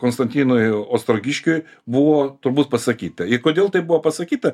konstantinui ostrogiškiui buvo turbūt pasakyta i kodėl taip buvo pasakyta